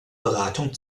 beratung